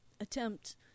attempt